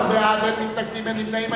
14 בעד, אין מתנגדים, אין נמנעים.